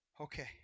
okay